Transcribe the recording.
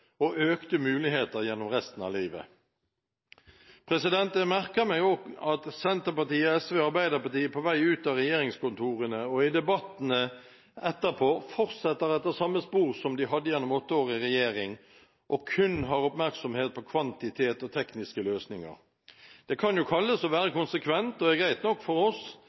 og økte muligheter gjennom resten av livet. Jeg merker meg også at Senterpartiet, SV og Arbeiderpartiet på vei ut av regjeringskontorene og i debattene etterpå har fortsatt i samme spor som det de hadde gjennom åtte år i regjering, og kun har oppmerksomhet på kvantitet og tekniske løsninger. Det kan jo kalles å være konsekvent og er greit nok for oss,